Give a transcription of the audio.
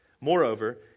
Moreover